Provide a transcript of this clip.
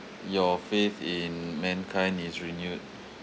your faith in mankind is renewed